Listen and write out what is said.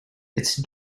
its